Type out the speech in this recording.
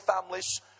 families